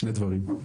שני דברים: